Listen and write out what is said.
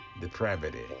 depravity